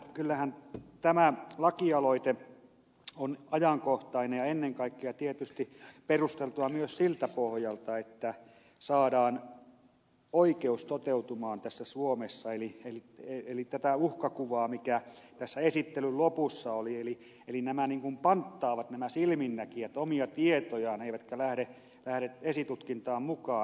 kyllähän tämä lakialoite on ajankohtainen ja ennen kaikkea tietysti perusteltu myös siltä pohjalta että saadaan oikeus toteutumaan tässä suomessa eli ei toteudu tämä uhkakuva mikä tässä esittelyn lopussa oli eli nämä silminnäkijät niin kuin panttaavat omia tietojaan eivätkä lähde esitutkintaan mukaan todistamaan